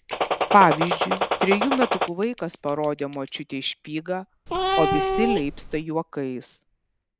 pavyzdžiui trejų metukų vaikas parodė močiutei špygą o visi leipsta juokais